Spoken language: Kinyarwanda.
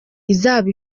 izaba